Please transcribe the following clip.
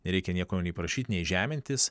nereikia nieko nei prašyt nei žemintis